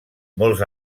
molts